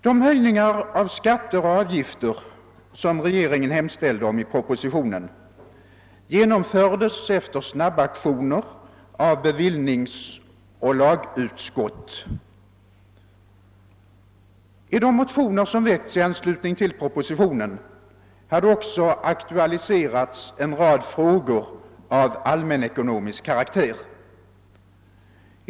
De höjningar av skatter och avgifter som regeringen i propositionen hemställde om genomfördes efter snabbaktioner av bevillningsoch lagutskott. I de motioner som väckts i anslutning till propositionen hade också aktualiserats en rad frågor av allmänekonomisk karaktär.